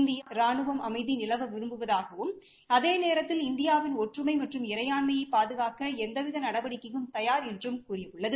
இந்திய ராணுவம் அமைதி நிலவ விரும்புவதாகவும் அதே நேரத்தில் இந்தியாவின் ஒற்றுமை மற்றும் இறையாண்மையை பாதுகாக்க எந்தவித நடவடிக்கைக்கும் தயார் என்றும் கூறியுள்ளது